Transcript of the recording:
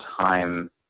time